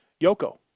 Yoko